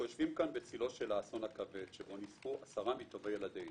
בצלו של האסון הכבד שבו נספו עשרה מטובי ילדינו.